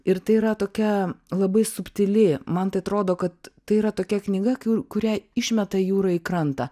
ir tai yra tokia labai subtili man tai atrodo kad tai yra tokia knyga kurią išmeta jūra į krantą